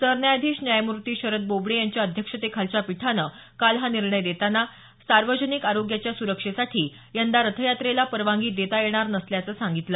सरन्यायाधीश न्यायमूर्ती शरद बोबडे यांच्या अध्यक्षतेखालच्या पीठानं काल हा निर्णय देताना सार्वजनिक आरोग्याच्या सुरक्षेसाठी यंदा रथयात्रेला परवानगी देता येणार नसल्याचं सांगितलं